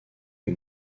que